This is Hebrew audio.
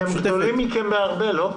כי הם גדולים מכם בהרבה, לא?